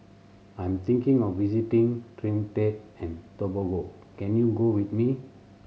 I'm thinking of visiting Trinidad and Tobago can you go with me